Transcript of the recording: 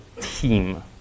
team